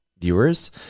viewers